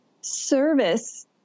service